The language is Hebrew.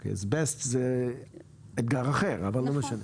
אוקי, אסבסט זה אתגר אחר, אבל לא משנה.